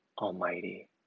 Almighty